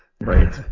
Right